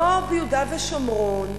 לא ביהודה ושומרון,